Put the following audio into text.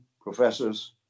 professors